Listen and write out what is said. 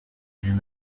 just